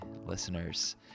listeners